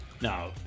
No